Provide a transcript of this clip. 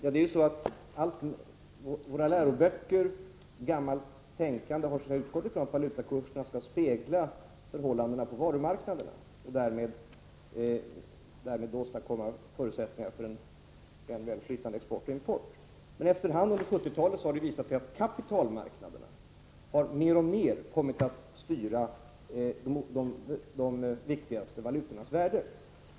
I våra läroböcker och i gammalt tänkande har man självfallet utgått ifrån att valutakurserna skall spegla förhållandena på varumarknaderna och därmed skapa förutsättningar för en väl fungerande export och import. Men under 1970-talet har det efter hand visat sig att kapitalmarknaderna mer och mer har kommit att styra de viktigaste valutornas värde.